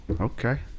Okay